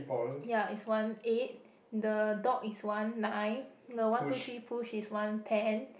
ya it's one eight the dog is one nine the one two three push is one ten